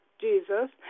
Jesus